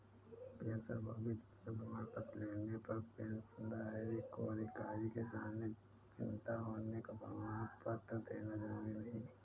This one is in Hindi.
पेंशनभोगी जीवन प्रमाण पत्र लेने पर पेंशनधारी को अधिकारी के सामने जिन्दा होने का प्रमाण देना जरुरी नहीं